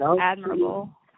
admirable